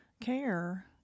care